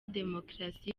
demokarasi